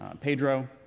Pedro